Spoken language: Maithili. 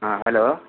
हँ हेलो